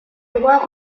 droits